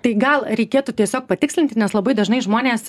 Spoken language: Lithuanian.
tai gal reikėtų tiesiog patikslinti nes labai dažnai žmonės